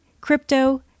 crypto